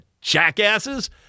jackasses